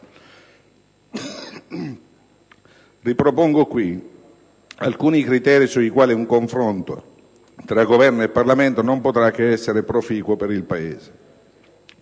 Ripropongo qui alcuni criteri sui quali un confronto tra Governo e Parlamento non potrà che essere proficuo per il Paese: